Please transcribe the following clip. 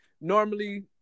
normally